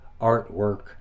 artwork